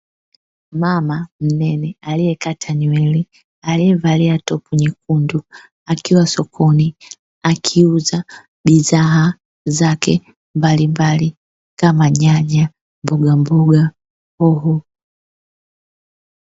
Mama mnene, aliyekata nywele, aliyevalia topu nyekundu, akiwa sokoni akiuza bidhaa zake mbalimbali, kama; nyanya, mbogamboga, hoho.